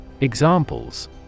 Examples